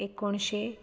एकोणशें